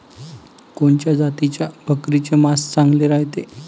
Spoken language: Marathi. कोनच्या जातीच्या बकरीचे मांस चांगले रायते?